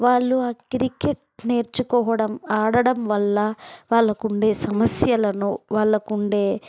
వాళ్ళు ఆ క్రికెట్ నేర్చుకోవడం ఆడడం వల్ల వాళ్ళకు ఉండే సమస్యలను వాళ్ళకు ఉండే